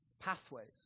pathways